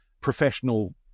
professional